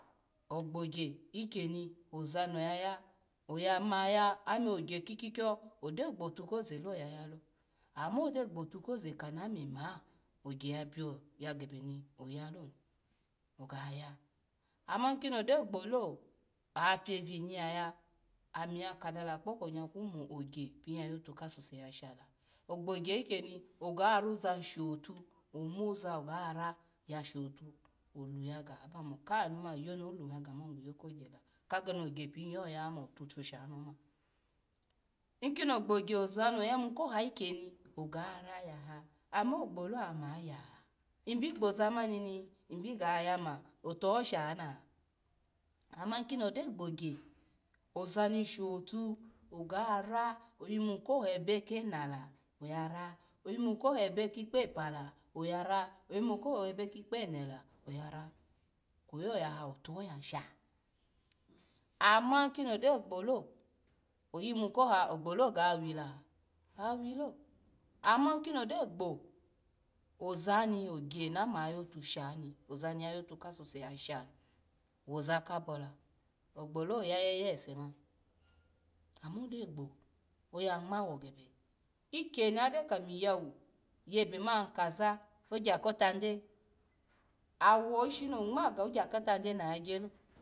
Ogbogya ikyeni oza no yaya oma yaya ome ogya kikwikio ogyo gbotu ko zalo oya yalo, ama gyo gbotu koza kana mema, ogya ya bia ya gebe no ya lo ni oga ya, ama kino gyo gbolu, oya pio vini yaya ami ya kada la kpa ka nyaku mo ogya pini ya yotu kasuse ya shala, ogbo gya ikyeni oga roza ni sho tu, omoza ogara ya shotu olu yaga aba mo kai anu ma yiyo no lu yaga wiyo kogyala, kageni ogya pini yo ya ma otusha sha ni oma kini ogbo gya oza ni oya yimu koha ikyeni, ogara yaha, amo gbolo ova ma ya ny bigbo zamani ni nybi gaya ma otuho sha na, ama kini ogyo gbogya ozani shotu oga ra iyimu ko hebe kenata oyara, oyimu ko hebe kikpo epela oga ra, oyimu ko hebe kikpo ehela ara, kwep oyaha otuho ya sha, ama kini ogyo gbolo oyimu koha ogbolo ogawila awilo ama ikini ogyo gbo ozani ogya nama yatushani ozani ya yo tu ka suse ya sha woza kabo la ogbolo oya yeye, ese ma, amo gyo gbo oya ngma wo gebe ikyeni agyo miya wu yebe ma kaza ogya kotade awo ishi no ngma go gya ko tadeni oyagya lo